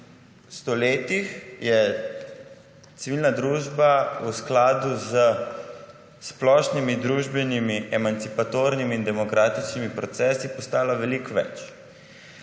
stoletjih je civilna družba v skladu s splošnimi družbenimi emancipatornimi in demokratičnimi procesi postala veliko več.